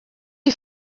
iyi